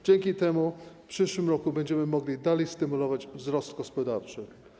Dzięki temu w przyszłym roku będziemy mogli dalej stymulować wzrost gospodarczy.